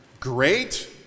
great